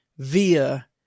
via